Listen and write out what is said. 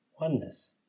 oneness